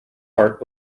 heart